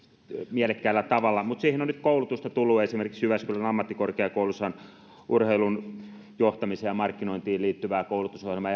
mielekkäällä tavalla mutta siihen on nyt koulutusta tullut esimerkiksi jyväskylän ammattikorkeakoulussa on urheilun johtamiseen ja markkinointiin liittyvä koulutusohjelma